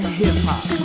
hip-hop